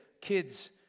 kids